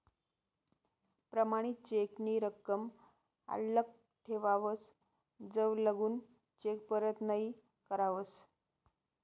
प्रमाणित चेक नी रकम आल्लक ठेवावस जवलगून चेक परत नहीं करावस